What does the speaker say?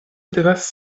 devas